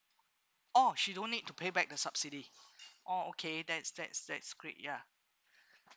oh she don't need to pay back the subsidies oh okay that's that's that's great ya